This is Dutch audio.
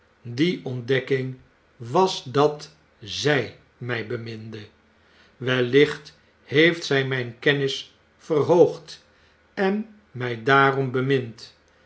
die ontdekking was dat zy mi beminde wellicht heeft zy myn kennis verhoogd en mij daarom bemind